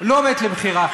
לא עומדת למכירה.